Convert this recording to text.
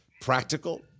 practical